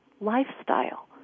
lifestyle